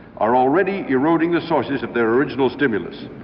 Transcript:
are already eroding the sources of their original stimulus.